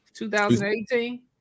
2018